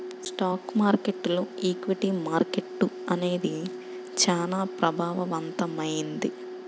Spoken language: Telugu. స్టాక్ మార్కెట్టులో ఈక్విటీ మార్కెట్టు అనేది చానా ప్రభావవంతమైంది